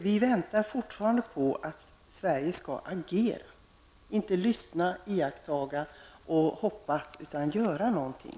Vi väntar fortfarande på att Sverige skall agera -- inte lyssna, iaktta och hoppas utan göra någonting!